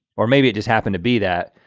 or maybe it just happened to be that.